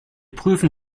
prüfen